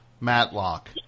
Matlock